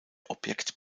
objekt